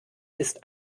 ist